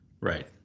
Right